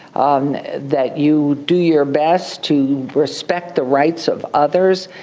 um that you do your best to respect the rights of others.